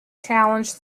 challenged